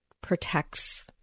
protects